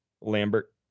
Lambert